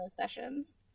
sessions